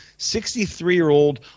63-year-old